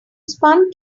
spun